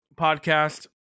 podcast